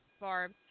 Barb